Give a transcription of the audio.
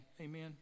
Amen